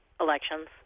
elections